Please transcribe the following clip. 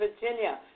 Virginia